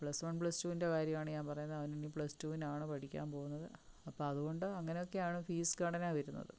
plus one പ്ലസ്ടൂൻ്റെ കാര്യാണ് ഞാൻ പറയുന്നത് അവനിനി പ്ലസ്ടൂവിനാണ് പഠിക്കാൻ പോകുന്നത് അപ്പൊ അതുകൊണ്ട് അങ്ങനെയൊക്കെയാണ് ഫീസ് ഘടന വരുന്നത്